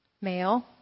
Male